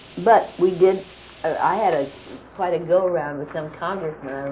but we did i had ah quite a go-around with some congressman,